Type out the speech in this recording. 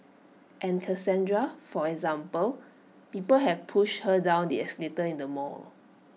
and Cassandra for example people have pushed her down the escalator in the mall